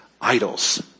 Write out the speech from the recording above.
idols